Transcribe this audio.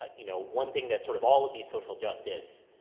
ah you know, one thing that's sort of all of these social justice,